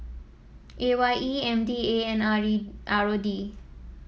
A Y E M D A and R R O D